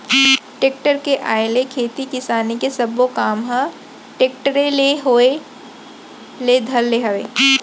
tractor के आए ले खेती किसानी के सबो काम ह टेक्टरे ले होय ल धर ले हवय